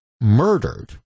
murdered